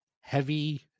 heavy